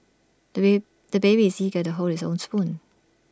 the bay the baby is eager to hold his own spoon